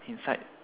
inside